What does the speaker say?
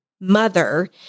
mother